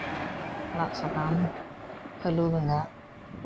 ᱟᱲᱟᱜᱼᱥᱟᱠᱟᱢ ᱟᱞᱩ ᱵᱮᱜᱟᱲ